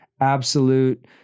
absolute